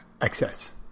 excess